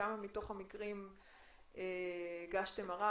בכמה מתוך המקרים הגשתם ערר,